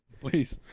Please